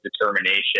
determination